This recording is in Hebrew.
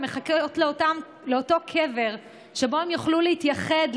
הן מחכות לאותו קבר שבו יוכלו להתייחד,